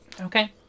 Okay